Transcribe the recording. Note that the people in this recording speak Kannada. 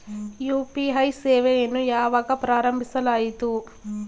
ಯು.ಪಿ.ಐ ಸೇವೆಯನ್ನು ಯಾವಾಗ ಪ್ರಾರಂಭಿಸಲಾಯಿತು?